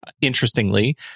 interestingly